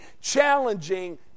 challenging